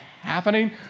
happening